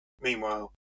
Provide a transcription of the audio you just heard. Meanwhile